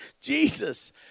Jesus